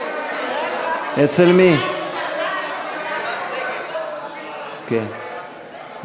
קבוצת סיעת ישראל ביתנו וקבוצת סיעת הרשימה המשותפת לסעיף 13 לא נתקבלה.